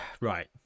right